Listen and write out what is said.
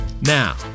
Now